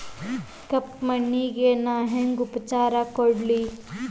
ಕಪ್ಪ ಮಣ್ಣಿಗ ನಾ ಹೆಂಗ್ ಉಪಚಾರ ಕೊಡ್ಲಿ?